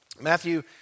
Matthew